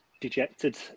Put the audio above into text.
dejected